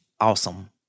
awesome